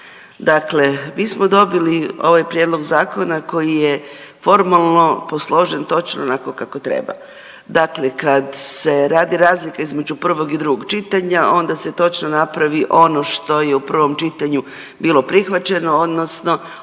Dakle, mi smo dobili ovaj prijedlog zakona koji je formalno posložen točno onako kako treba, dakle kad se radi razlika između prvog i drugog čitanja onda se točno napravi ono što je u prvom čitanju bilo prihvaćeno odnosno